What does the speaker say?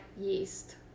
yeast